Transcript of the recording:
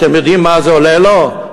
אתם יודעים מה זה עולה לו?